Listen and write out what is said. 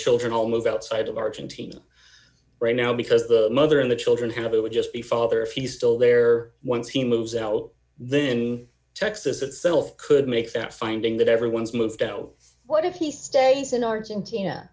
children all move outside of argentina right now because the mother and the children have it d would just be father if he's still there once he moves out then texas itself could make that finding that everyone's moved out what if he stays in argentina